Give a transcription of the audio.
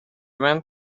went